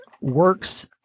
works